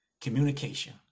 communication